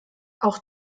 auch